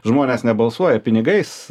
žmonės nebalsuoja pinigais